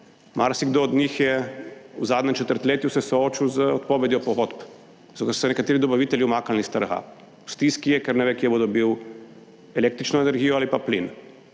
Marsikdo od njih se je v zadnjem četrtletju soočil z odpovedjo pogodb, zato ker so se nekateri dobavitelji umaknili s trga; v stiski je, ker ne ve, kje bo dobil električno energijo ali pa plin.